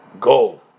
goal